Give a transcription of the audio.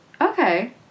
okay